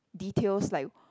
details like